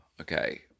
Okay